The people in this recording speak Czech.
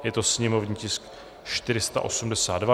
Je to sněmovní tisk 482.